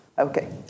Okay